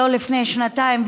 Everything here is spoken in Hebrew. ולא לפני שנתיים,